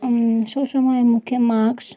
সবসময় মুখে মাস্ক